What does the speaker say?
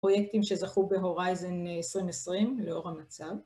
פרויקטים שזכו בהורייזן 2020, לאור המצב.